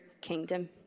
kingdom